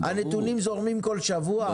הנתונים זורמים כל שבוע?